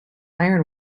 iron